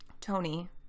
Tony